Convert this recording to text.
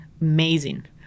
amazing